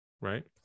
right